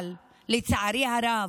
אבל לצערי הרב,